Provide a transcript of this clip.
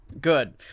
Good